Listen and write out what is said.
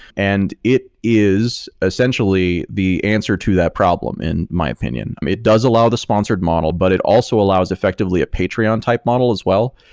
and it is essentially the answer to that problem in my opinion. um it does allow the sponsored model, but it also allows effectively a patreon type model as well,